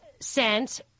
sent